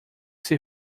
seu